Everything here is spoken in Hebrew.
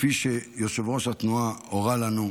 כפי שיושב-ראש התנועה הורה לנו: